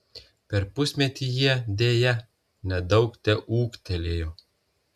per pusmetį jie deja nedaug teūgtelėjo